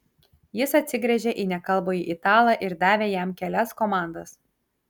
jis atsigręžė į nekalbųjį italą ir davė jam kelias komandas